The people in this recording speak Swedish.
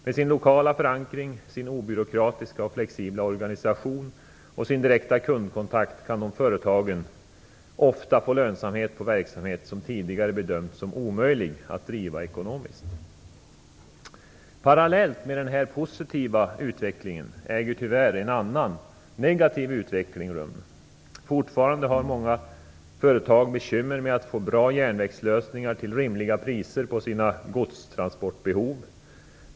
Med sin lokala förankring, sin obyråkratiska och flexibla organisation och sin direkta kundkontakt kan dessa företag ofta få lönsamhet på verksamhet som tidigare bedömts som omöjlig att driva ekonomiskt. Parallellt med denna positiva utveckling äger tyvärr en annan negativ utveckling rum. Fortfarande har många företag bekymmer med att få bra järnvägslösningar till rimliga priser på sina godstransportbehov.